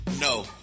no